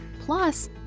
plus